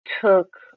took